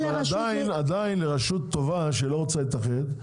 עדיין רשות טובה שלא רוצה להתאחד,